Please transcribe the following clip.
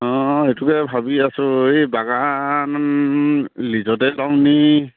অঁ এইটোকে ভাবি আছোঁ এই বাগান লিজতে লওঁ নি